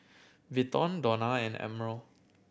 Vinton Donna and Admiral